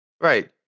right